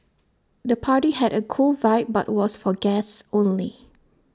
the party had A cool vibe but was for guests only